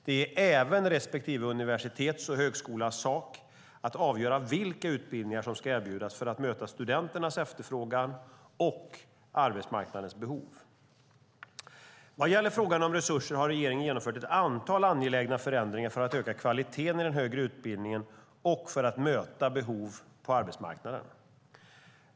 Det är även respektive universitets och högskolas sak att avgöra vilka utbildningar som ska erbjudas för att möta studenternas efterfrågan och arbetsmarknadens behov. Vad gäller frågan om resurser har regeringen genomfört ett antal angelägna förändringar för att öka kvaliteten i den högre utbildningen och för att möta behov på arbetsmarknaden.